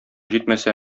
җитмәсә